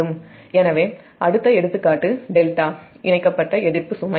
எனவே அடுத்த எடுத்துக்காட்டு ∆ இணைக்கப்பட்ட எதிர்ப்பு சுமை